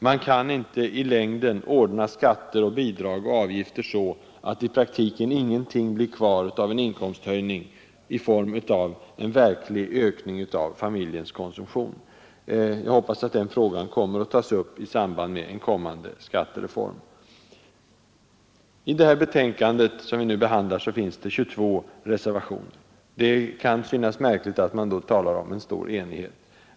Man kan inte i längden ordna skatter, bidrag och avgifter så, att i praktiken ingenting blir kvar av en inkomsthöjning i form av verklig ökning av familjens konsumtion. Jag hoppas att den frågan kommer att tas upp i samband med en kommande skattereform. I det utskottsbetänkande som vi nu behandlar finns det 22 reservationer, och det kan synas märkligt att då tala om stor enighet.